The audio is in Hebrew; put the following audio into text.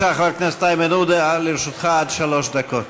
חבר הכנסת איימן עודה, לרשותך עד שלוש דקות.